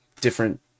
different